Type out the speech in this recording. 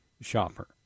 shopper